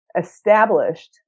established